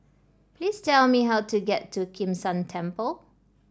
please tell me how to get to Kim San Temple